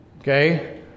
Okay